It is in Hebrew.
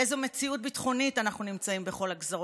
באיזו מציאות ביטחונית אנחנו נמצאים בכל הגזרות.